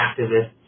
activists